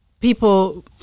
people